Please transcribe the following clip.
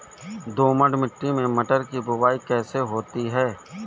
दोमट मिट्टी में मटर की बुवाई कैसे होती है?